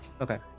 okay